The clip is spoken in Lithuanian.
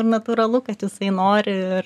ir natūralu kad jisai nori ir